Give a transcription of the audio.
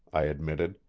i admitted.